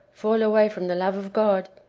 fall away from the love of god,